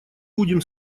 будем